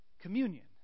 Communion